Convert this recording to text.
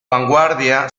vanguardia